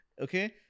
Okay